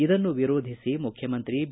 ಇದನ್ನು ವಿರೋಧಿಸಿ ಮುಖ್ಯಮಂತ್ರಿ ಬಿ